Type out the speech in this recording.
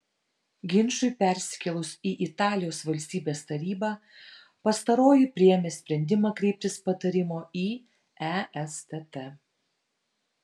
ginčui persikėlus į italijos valstybės tarybą pastaroji priėmė sprendimą kreiptis patarimo į estt